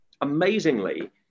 amazingly